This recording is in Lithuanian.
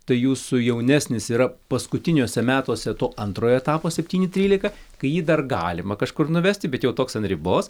tai jūsų jaunesnis yra paskutiniuose metuose to antrojo etapo septyni trylika kai jį dar galima kažkur nuvesti bet jau toks an ribos